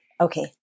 okay